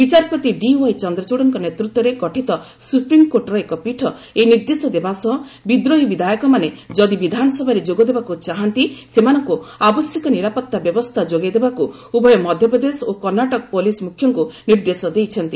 ବିଚାରପତି ଡିୱାଇ ଚନ୍ଦ୍ରଚୂଡ଼ଙ୍କ ନେତୃତ୍ୱରେ ଗଠିତ ସୁପ୍ରିମକୋର୍ଟର ଏକ ପୀଠ ଏହି ନିର୍ଦ୍ଦେଶ ଦେବା ସହ ବିଦ୍ରୋହୀ ବିଧାୟକମାନେ ଯଦି ବିଧାନସଭାରେ ଯୋଗଦେବାକୁ ଚାହାନ୍ତି ସେମାନଙ୍କୁ ଆବଶ୍ୟକ ନିରାପତ୍ତା ବ୍ୟବସ୍ଥା ଯୋଗାଇଦେବାକୁ ଉଭୟ ମଧ୍ୟପ୍ରଦେଶ ଓ କର୍ଷ୍ଣାଟକ ପୁଲିସ୍ ମୁଖ୍ୟଙ୍କୁ ନିର୍ଦ୍ଦେଶ ଦେଇଛନ୍ତି